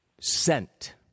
sent